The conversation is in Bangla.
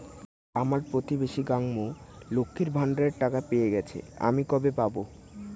আমার প্রতিবেশী গাঙ্মু, লক্ষ্মীর ভান্ডারের টাকা পেয়ে গেছে, আমি কবে পাব?